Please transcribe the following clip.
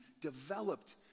developed